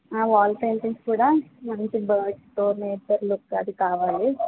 wall paintings కూడా మంచి బర్డ్స్తో నేచర్ లుక్ అది కావాలి